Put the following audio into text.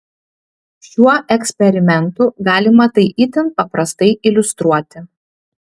šiuo eksperimentu galima tai itin paprastai iliustruoti